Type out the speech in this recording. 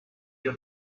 you